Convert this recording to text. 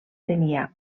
tenia